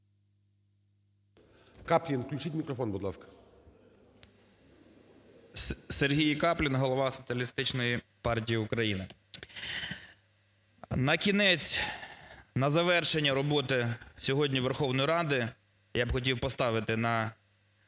Каплін. Включіть мікрофон, будь ласка. 13:56:46 КАПЛІН С.М. Сергій Каплін, голова Соціалістичної партії України. На кінець, на завершення роботи сьогодні Верховної Ради я б хотів поставити на